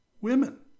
women